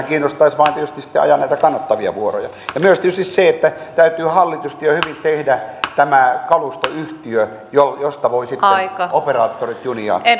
kiinnostaisi vain tietysti sitten ajaa näitä kannattavia vuoroja ja myös tietysti täytyy hallitusti ja hyvin tehdä tämä kalustoyhtiö josta voivat sitten operaattorit junia